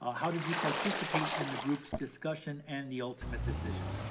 ah how did you participate in the group's discussion and the ultimate decision?